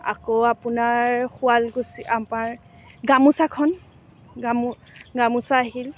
আকৌ আপোনাৰ শুৱালকুছি আমাৰ গামোচাখন গামো গামোচা আহিল